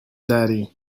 daddy